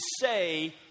say